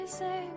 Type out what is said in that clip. say